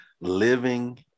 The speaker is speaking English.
living